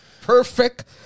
Perfect